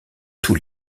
tout